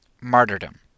martyrdom